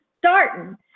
starting